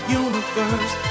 universe